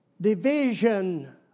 division